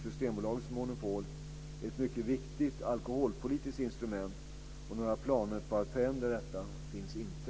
Systembolagets monopol är ett mycket viktigt alkoholpolitiskt instrument och några planer på att förändra detta finns inte.